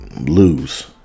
lose